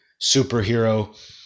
superhero